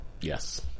Yes